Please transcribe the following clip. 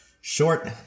short